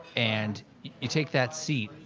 and you take that seat.